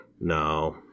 No